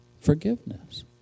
forgiveness